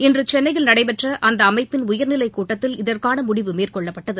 இன்று சென்னையில் நடைபெற்ற அந்த அமைப்பின் உயர்நிலை கூட்டத்தில் இதற்கான முடிவு மேற்கொள்ளப்பட்டது